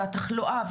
והתחלואה,